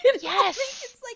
Yes